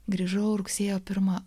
grįžau rugsėjo pirmą